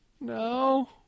No